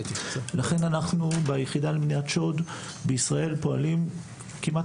לכן אנחנו ביחידה למניעת שוד בישראל פועלים כמעט